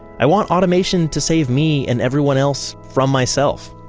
i want automation to save me and everyone else from myself,